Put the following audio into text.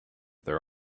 their